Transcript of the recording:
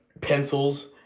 pencils